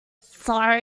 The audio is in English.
sorry